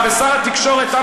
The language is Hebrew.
לא,